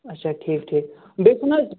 اَچھا ٹھیٖک ٹھیٖک بیٚیہِ چھُنَہ حظ